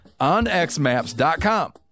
onxmaps.com